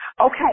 Okay